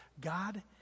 God